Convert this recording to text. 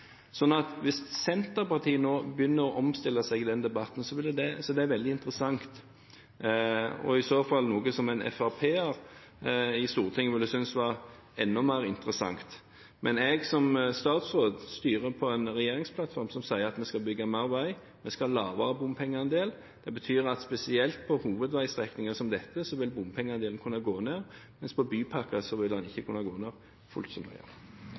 hvis Senterpartiet nå begynner å omstille seg i den debatten, er det veldig interessant og i så fall noe som en Frp-er i Stortinget vil synes var enda mer interessant. Men jeg som statsråd styrer på en regjeringsplattform som sier at vi skal bygge mer vei, og vi skal ha lavere bompengeandel. Det betyr at spesielt på hovedveistrekninger som dette, vil bompengeandelen kunne gå ned, mens på bypakker vil den ikke kunne gå ned